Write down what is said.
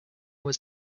was